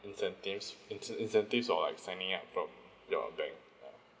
incentives incen~ incentives or like signing up from your bank ya